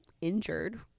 injured